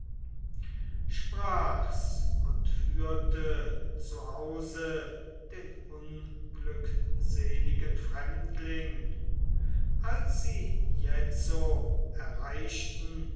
sprach's und führte zu hause den unglückseligen fremdling als sie jetzo erreichten